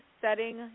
setting